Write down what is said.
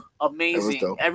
amazing